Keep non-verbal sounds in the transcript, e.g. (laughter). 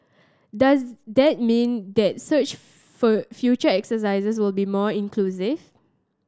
does that mean that such (unintelligible) future exercises will be more inclusive